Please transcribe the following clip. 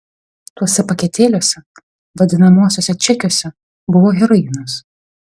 tuose paketėliuose vadinamuosiuose čekiuose buvo heroinas